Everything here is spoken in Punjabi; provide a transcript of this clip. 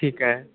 ਠੀਕ ਹੈ